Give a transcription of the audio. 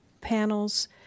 panels